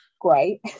great